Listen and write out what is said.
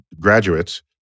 graduates